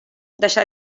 deixà